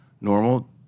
normal